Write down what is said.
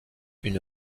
une